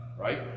Right